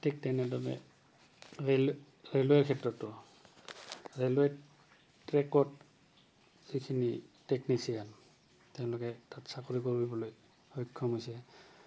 ঠিক তেনেদৰে ৰেল ৰেলৱেৰ ক্ষেত্ৰতো ৰেলৱে ট্ৰেকত যিখিনি টেকনিচিয়ান তেওঁলোকে তাত চাকৰি কৰিবলৈ সক্ষম হৈছে